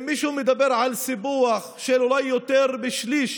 אם מישהו מדבר על סיפוח של אולי יותר משליש